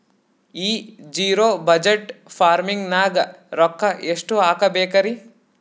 ಈ zero budget farming ನಾಗ್ ರೊಕ್ಕ ಎಷ್ಟು ಹಾಕಬೇಕರಿ?